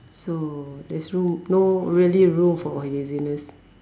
so there's room no really room for laziness